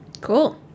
Cool